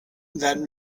that